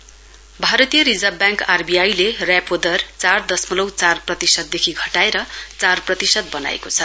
RBY भारतीय reserve bank RBI ले repo दर चार दसमलव चार प्रतिशदेखि घटाएर चार प्रतिशत बनाएको छ